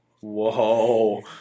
Whoa